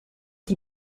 die